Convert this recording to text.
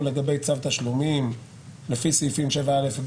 לגבי צו תשלומים לפי סעיפים 7א(ג),